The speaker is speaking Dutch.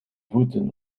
voeten